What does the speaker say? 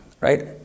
right